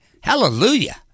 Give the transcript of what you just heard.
Hallelujah